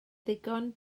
ddigon